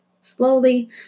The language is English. Slowly